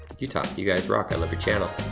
utah, you guys rock, i love your channel.